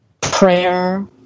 prayer